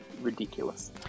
ridiculous